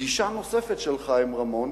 בפגישה של חיים רמון